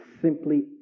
simply